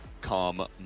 come